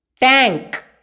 Tank